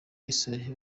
eesam